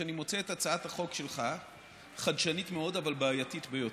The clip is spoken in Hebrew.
שאני מוצא את הצעת החוק שלך חדשנית מאוד אבל בעייתית ביותר.